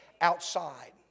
outside